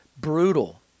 brutal